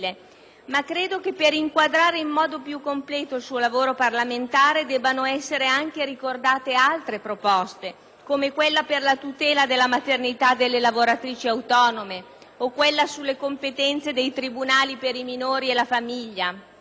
Macredo che, per inquadrare in modo più completo il suo lavoro parlamentare, debbano essere anche ricordate altre proposte, come quella per la tutela della maternità delle lavoratrici autonome o quella sulle competenze dei tribunali per i minori e la famiglia,